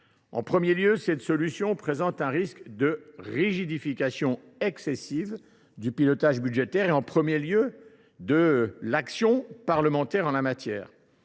En premier lieu, cette solution présente un risque de rigidification excessive du pilotage budgétaire, en particulier de l’action parlementaire en la matière.